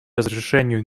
разрешению